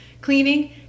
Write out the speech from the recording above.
Cleaning